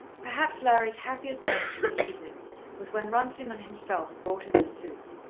perhaps larry's happiest moment in the evening was when runciman himself brought in the soup,